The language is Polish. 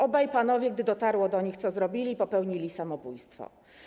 Obaj panowie, gdy dotarło do nich, co zrobili, popełnili samobójstwo.